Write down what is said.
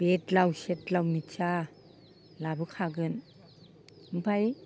बेदलाव सेदलाव मिथिया लाबोखागोन ओमफाय